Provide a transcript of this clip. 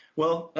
well,